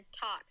talks